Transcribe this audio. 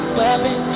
weapon